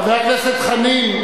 חבר הכנסת חנין,